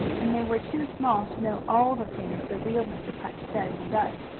and they were too small to know all the things the real mr. punch says and does.